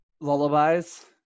lullabies